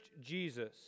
Jesus